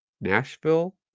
Nashville